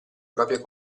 proprie